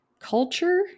Culture